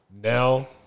now